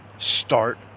Start